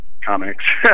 comics